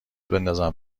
بندازم